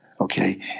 okay